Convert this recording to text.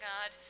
God